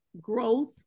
Growth